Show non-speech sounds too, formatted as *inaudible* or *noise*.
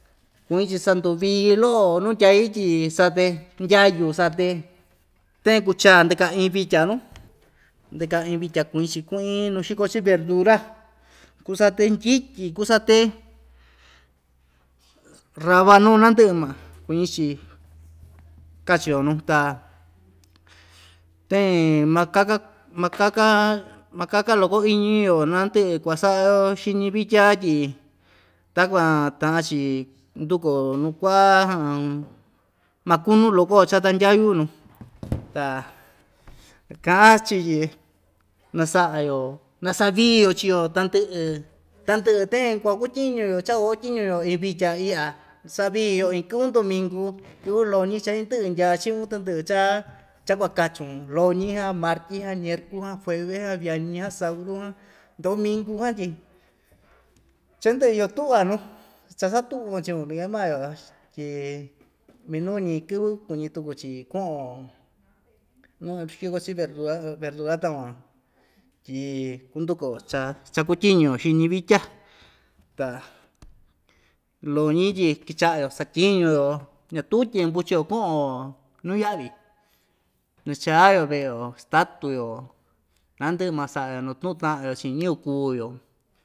Kuñi‑chi sanduvii lo'o nuu ndyai tyi sate ndyayu sate ten kucha ndɨka iin vitya nuu ndɨka iin vitya kuñi‑chi ku'in nu xiko‑chi verdura kusate ndyityi kusate rabano nandɨ'ɨ ma kuñi‑chi kachio nuu ta teen makaka makaka makaka loko iñi‑yo nandɨ'ɨ kuasa'a‑yo xiñi vitya tyi takuan ta'an‑chi ndukuo nuu ku'a *hesitation* makunu loko‑yo chata ndyayu nu *noise* ta ka'an‑chi tyi nasa'a‑yo nasaviio chii‑yo tandɨ'ɨ tandɨ'ɨ ten kuakutyiñu‑yo cha‑kuakutyiñu‑yo iin vitya i'ya sa'a vii‑yo iin kɨvɨ ndominku kɨvɨ loñi cha indɨ'ɨ ndya chi'un tɨndɨ'ɨ cha cha‑kuakachun loñi jan martyi jan nerku jan fueve jan viañi jan sauru jan ndominku jan tyi cha indɨ'ɨ iyo tu'va nuu chasatu'von chiun nakee maa‑yo tyi minu‑ñi kɨvɨ kuñi tuku‑chi ku'un‑yo nuu xiko‑chi verdura verdura takuan tyi kundukuo cha chakutyiñu‑yo xiñi vitya ta loñi tyi kicha'a‑yo satyiñu‑yo ñatuu tyempu chio ku'un‑yo nuu ya'vi nachaa‑yo ve'e‑yo statu‑yo nandɨ'ɨ ma sa'a‑yo natu'un ta'an‑yo chi'in ñɨvɨ kuu‑yo.